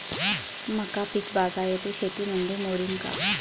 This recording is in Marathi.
मका पीक बागायती शेतीमंदी मोडीन का?